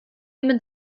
mit